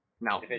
No